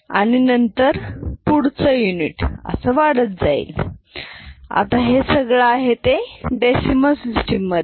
आणि नंतर पुढचा युनिट असा वाढत जाईल आता हे सगळं आहे ते डेसिमल सिस्टम मधे